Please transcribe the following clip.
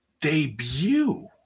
debut